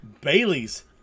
Bailey's